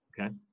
Okay